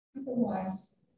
Otherwise